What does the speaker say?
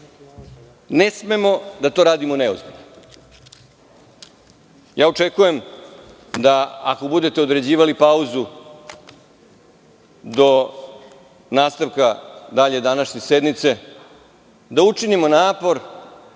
ne smemo da to radimo neozbiljno. Ja očekujem da ako budete određivali pauzu do nastavka dalje današnje sednice, da učinimo napor,